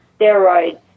steroids